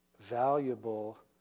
valuable